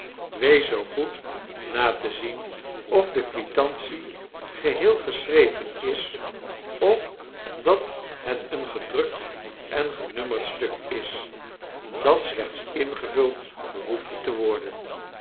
wees zoo goed na te zien of de quitantie geheel geschreven is of dat het een gedrukt en genummerd stuk is dat slechts ingevuld behoefde te worden